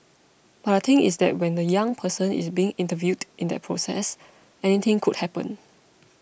but the thing is that when the young person is being interviewed in that process anything could happen